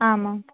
आमाम्